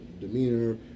demeanor